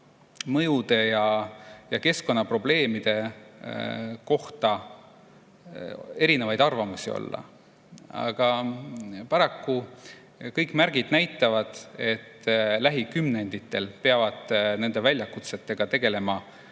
kliimamõjude ja keskkonnaprobleemide kohta erinevaid arvamusi olla, aga paraku kõik märgid näitavad, et lähikümnenditel peavad nende väljakutsetega tegelema